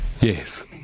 yes